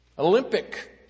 Olympic